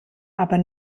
aber